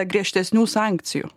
griežtesnių sankcijų